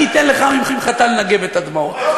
אני אתן לך ממחטה לנגב את הדמעות.